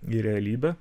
į realybę